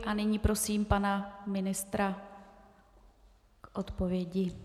A nyní prosím pana ministra k odpovědi.